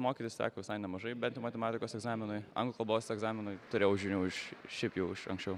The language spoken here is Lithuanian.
mokytis teko visai nemažai bent jau matematikos egzaminui anglų kalbos egzaminui turėjau žinių iš šiaip jau anksčiau